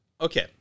Okay